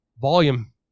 volume